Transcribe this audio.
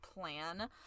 plan